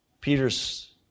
Peter's